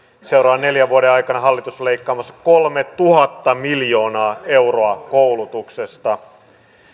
seuraavan neljän vuoden aikana hallitus on leikkaamassa kolmetuhatta miljoonaa euroa koulutuksesta